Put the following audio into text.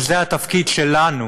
וזה התפקיד שלנו,